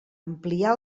ampliar